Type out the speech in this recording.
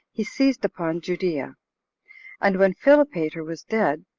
he seized upon judea and when philopater was dead,